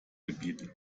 gebieten